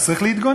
אז צריך להתגונן,